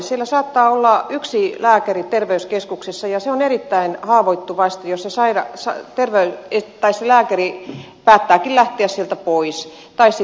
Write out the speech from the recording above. siellä saattaa olla yksi lääkäri terveyskeskuksessa ja se on erittäin haavoittuvaista jos se lääkäri päättääkin lähteä sieltä pois tai sitten hän on sairaana